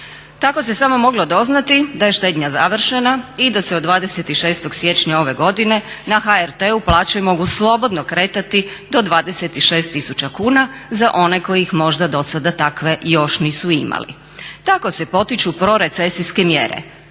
Tako se samo moglo doznati da je štednja završena i da se od 26. siječnja ove godine na HRT-u plaće mogu slobodno kretati do 26000 kuna za one koje ih možda do sada takve još nisu imali. Tako se potiču pro recesijske mjere,